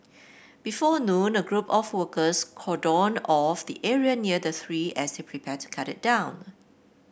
before noon a group of workers cordoned off the area near the tree as they prepared to cut it down